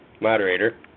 Moderator